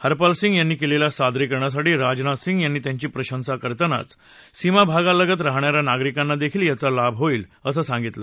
हरपाल सिंग यांनी केलेल्या सादरीकरणासाठी राजनाथ सिंग यांनी त्यांची प्रशंसा करतानाच सीमाभागालगत राहणाऱ्या नागरिकांना देखील याचा लाभ होईल असं सांगितलं